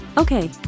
Okay